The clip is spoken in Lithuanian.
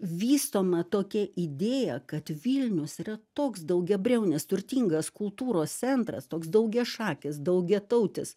vystoma tokia idėja kad vilnius yra toks daugiabriaunis turtingas kultūros centras toks daugiašakis daugiatautis